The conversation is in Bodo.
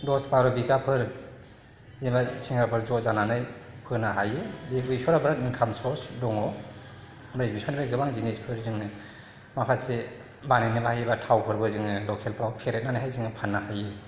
दस बार' बिगाफोर एबा सेंग्राफोर ज' जानानै फोनो हायो बे बेसरा बिराद इनकाम सर्स दङ ओमफ्राय बेसरनिफ्राय गोबां जिनिसफोर जों माखासे बानायनोबो हायो एबा थावफोरबो जोङो लकेलफोराव फेरेबनानैहाय जोङो फाननो हायो